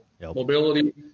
mobility